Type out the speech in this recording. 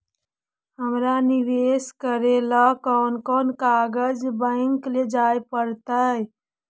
हमरा निवेश करे ल कोन कोन कागज बैक लेजाइ पड़तै?